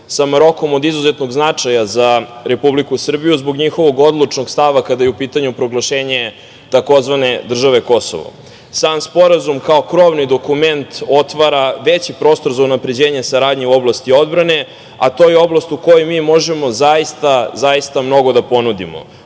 sa Marokom od izuzetnog značaja za Republiku Srbiju zbog njihovog odlučnog stava kada je u pitanju proglašenje tzv. države Kosovo. Sam sporazum kao krovni dokument otvara veći prostor za unapređenje saradnje u oblasti odbrane, a to je oblast u kojoj mi možemo zaista, zaista mnogo da ponudimo,